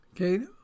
Okay